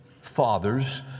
fathers